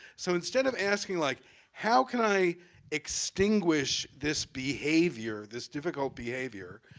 so instead of asking like how can i extinguish this behavior, this difficult behavior,